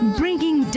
bringing